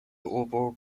urbo